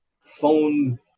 phone